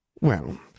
Well